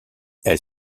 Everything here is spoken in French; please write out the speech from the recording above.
elle